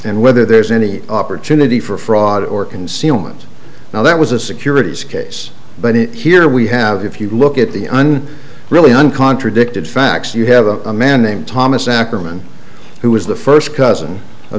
and whether there's any opportunity for fraud or concealment now that was a securities case but it here we have if you look at the un really uncontradicted facts you have a man named thomas ackerman who was the first cousin